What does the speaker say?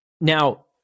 Now